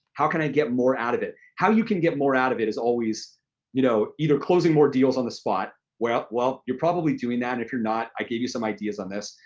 how can i get more out of it? how you can get more out of it is always you know either closing more deals on the spot. well, you're probably doing that. if you're not, i gave you some ideas on this.